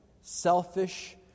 selfish